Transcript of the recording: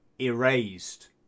erased